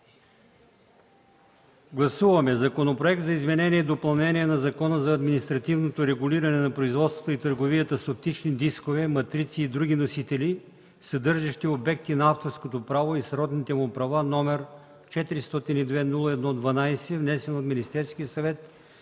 Гласуваме Законопроекта за изменение и допълнение на Закона за административното регулиране на производството и търговията с оптични дискове, матрици и други носители, съдържащи обекти на авторското право и сродните му права, № 402-01-12, внесен от Министерския съвет